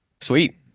Sweet